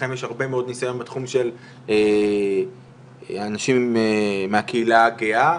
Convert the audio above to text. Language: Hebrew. לכם יש הרבה מאוד נסיון בתחום של אנשים מהקהילה הגאה,